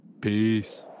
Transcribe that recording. Peace